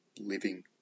living